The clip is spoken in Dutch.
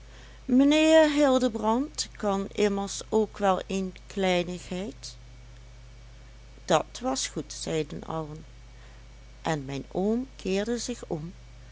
mijnheer hildebrand kan immers ook wel een kleinigheid dat was goed zeiden allen en mijn oom keerde zich om